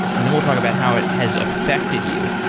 and then we'll talk about how it has affected you.